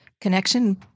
connection